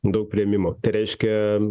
daug priėmimo tai reiškia